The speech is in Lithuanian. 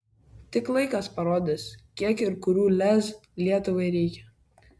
tik laikas parodys kiek ir kurių lez lietuvai reikia